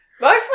Mostly